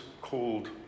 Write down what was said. called